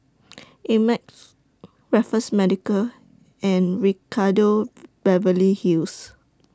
Ameltz Raffles Medical and Ricardo Beverly Hills